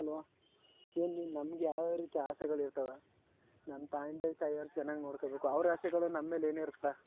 ಅಲ್ವ ಏನು ನೀವು ನಮ್ಗೆ ಯಾವ ರೀತಿ ಆಸೆಗಳು ಇರ್ತವೆ ನನ್ನ ತಾಂದೆ ತಾಯಿಯವ್ರು ಚೆನ್ನಾಗಿ ನೋಡ್ಕೊಳ್ಬೇಕು ಅವ್ರ ಆಸೆಗಳು ನಮ್ಮ ಮೇಲೆ ಏನಿರ್ತ